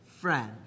friend